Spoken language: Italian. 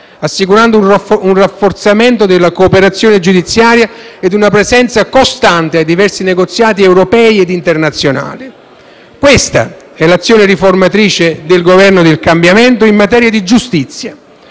assicurando un rafforzamento della cooperazione giudiziaria e una presenza costante ai diversi negoziati europei e internazionali. Questa è l'azione riformatrice del Governo del cambiamento in materia di giustizia.